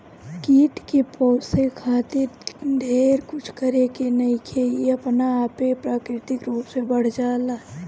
कीट के पोसे खातिर ढेर कुछ करे के नईखे इ अपना आपे प्राकृतिक रूप से बढ़ जाला